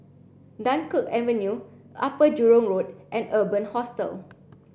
Dunkirk Avenue Upper Jurong Road and Urban Hostel